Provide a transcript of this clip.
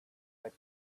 had